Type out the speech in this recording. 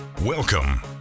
Welcome